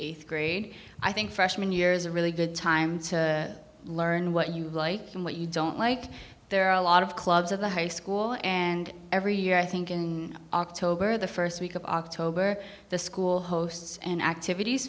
eighth grade i think freshman year is a really good time to learn what you like and what you don't like there are a lot of clubs of the high school and every year i think in october the first week of october the school hosts and activities